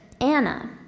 Anna